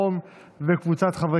מי